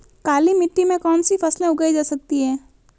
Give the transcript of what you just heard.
काली मिट्टी में कौनसी फसलें उगाई जा सकती हैं?